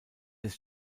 des